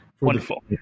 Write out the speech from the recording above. Wonderful